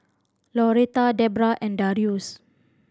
Laurette Debbra and Darius